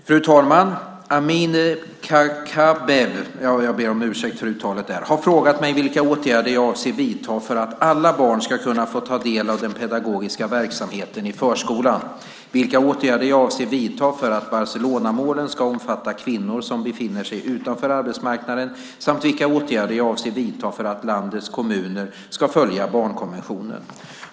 Fru talman! Amineh Kakabaveh har frågat mig vilka åtgärder jag avser att vidta för att alla barn ska kunna få ta del av den pedagogiska verksamheten i förskolan, vilka åtgärder jag avser att vidta för att Barcelonamålen även ska omfatta kvinnor som befinner sig utanför arbetsmarknaden, samt vilka åtgärder jag avser att vidta för att landets kommuner ska följa barnkonventionen.